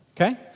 Okay